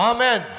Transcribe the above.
Amen